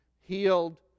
healed